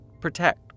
Protect